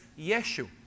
Yeshu